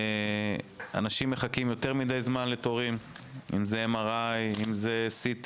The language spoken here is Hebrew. אנשים מחכים יותר מדי זמן לתורים ב-MRI ו-CT,